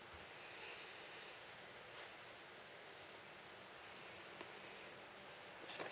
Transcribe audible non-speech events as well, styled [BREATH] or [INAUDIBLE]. [BREATH]